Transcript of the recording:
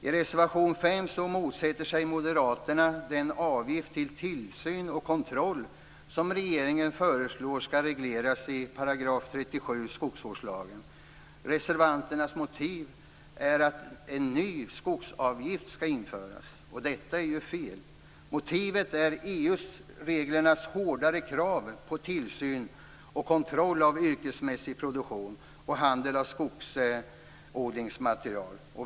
I reservation 5 motsätter sig moderaterna den avgift för tillsyn och kontroll som regeringen föreslår skall regleras i 37 § skogsvårdslagen. Reservanternas motiv är att en ny skogsavgift skall införas. Detta är ju fel. Motivet är EU-reglernas hårdare krav på tillsyn och kontroll av yrkesmässig produktion och handel med skogsodlingsmaterial.